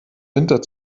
winter